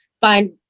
find